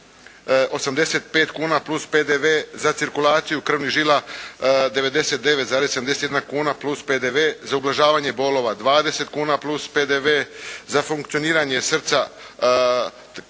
85 kuna plus PDV. Za cirkulaciju krvnih žila 99,71 kuna plus PDV. Za ublažavanje bolova 20 kuna plus PDV. Za funkcioniranje srca 30 kuna